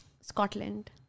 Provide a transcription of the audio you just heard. Scotland